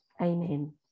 amen